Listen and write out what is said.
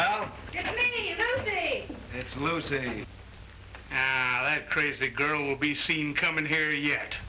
a it's lucy crazy girl will be seen coming here yet